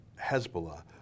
Hezbollah